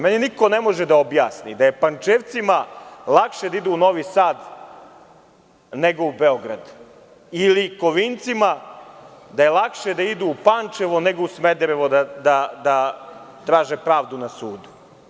Meni niko ne može da objasni da je Pančevcima lakše da idu u Novi Sad nego u Beograd ili da je Kovincima lakše da idu u Pančevo nego u Smederevo da traže pravdu na sudu.